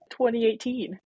2018